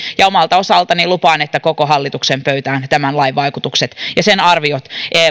ja omalta osaltani lupaan että koko hallituksen pöytään tämän lain vaikutukset ja sen arviot